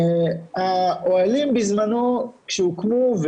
האוהלים בזמנו כשהוקמו,